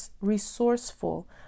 resourceful